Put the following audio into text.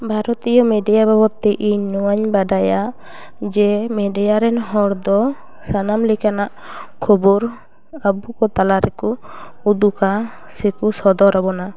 ᱵᱷᱟᱨᱚᱛᱤᱭᱚ ᱢᱤᱰᱤᱭᱟ ᱵᱟᱵᱚᱫ ᱛᱮ ᱤᱧ ᱱᱚᱣᱟᱧ ᱵᱟᱰᱟᱭᱟ ᱡᱮ ᱢᱮᱰᱤᱭᱟ ᱨᱮᱱ ᱦᱚᱲ ᱫᱚ ᱥᱟᱱᱟᱢ ᱞᱮᱠᱟᱱᱟᱜ ᱠᱷᱳᱵᱳᱨ ᱟᱵᱚᱠᱚ ᱛᱟᱞᱟ ᱨᱮᱠᱚ ᱩᱫᱩᱜᱟ ᱥᱮᱠᱚ ᱥᱚᱫᱚᱨᱟᱵᱚᱱᱟ